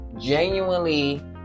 genuinely